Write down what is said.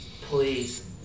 Please